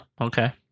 okay